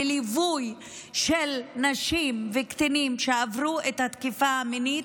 בליווי של נשים וקטינים שעברו את התקיפה המינית,